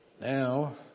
Now